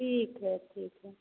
ठीक है ठीक है